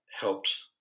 helped